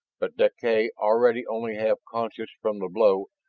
but deklay, already only half conscious from the blow,